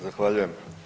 Zahvaljujem.